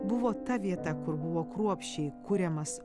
buvo ta vieta kur buvo kruopščiai kuriamas